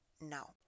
now